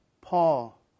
Paul